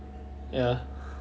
ya